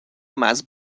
must